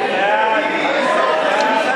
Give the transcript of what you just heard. האי-אמון.